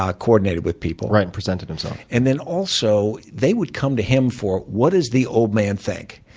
ah coordinated with people. right, and presented himself. and then also, they would come to him for, what does the old man think?